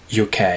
UK